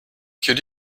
could